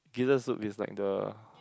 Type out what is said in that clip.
gizzard soup is like the